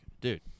dude